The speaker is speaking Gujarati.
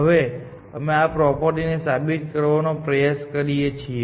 હવે અમે આ પ્રોપર્ટી સાબિત કરવાનો પ્રયાસ કરીએ છીએ